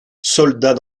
soldat